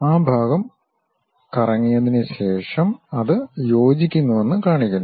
ആ ഭാഗം കറങ്ങിയതിനുശേഷം അത് യോജിക്കുന്നുവെന്ന് കാണിക്കുന്നു